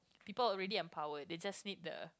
people already empowered they just need the